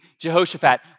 Jehoshaphat